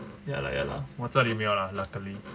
ya lah ya lah 我这里没有 lah luckily